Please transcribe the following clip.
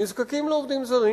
נזקקים לעובדים זרים.